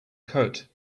coat